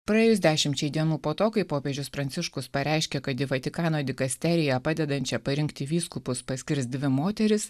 praėjus dešimčiai dienų po to kai popiežius pranciškus pareiškė kad į vatikano dikasteriją padedančią parinkti vyskupus paskirs dvi moteris